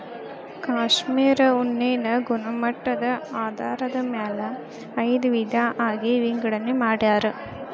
cashmere ಉಣ್ಣೆನ ಗುಣಮಟ್ಟದ ಆಧಾರದ ಮ್ಯಾಲ ಐದ ವಿಧಾ ಆಗಿ ವಿಂಗಡನೆ ಮಾಡ್ಯಾರ